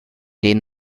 denen